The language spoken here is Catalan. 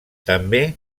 també